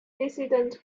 dissident